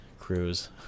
cruise